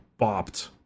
bopped